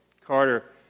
Carter